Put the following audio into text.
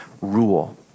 rule